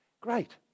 Great